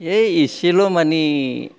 ऐ इसेल' मानि